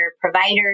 providers